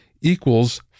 equals